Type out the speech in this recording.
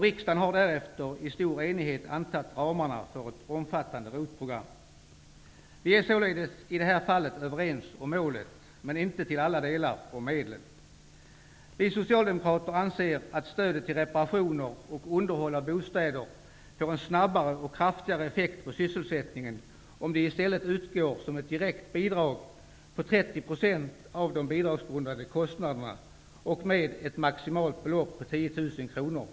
Riksdagen har därefter i stor enighet antagit ramarna för ett omfattande ROT Vi är således i det här fallet överens om målet, men inte i alla delar om medlen. Vi socialdemokrater anser att stödet till reparationer och underhåll av bostäder får en snabbare och kraftigare effekt på sysselsättningen om det i stället utgår som ett direkt bidrag på 30 % av de bidragsgrundade kostnaderna och med ett maximalt belopp på 10 000 kr.